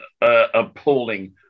appalling